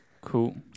Cool